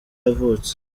yavutse